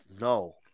No